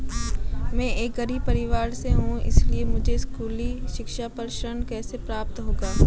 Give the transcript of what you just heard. मैं एक गरीब परिवार से हूं इसलिए मुझे स्कूली शिक्षा पर ऋण कैसे प्राप्त होगा?